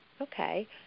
Okay